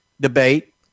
debate